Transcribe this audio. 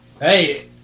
Hey